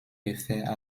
réfère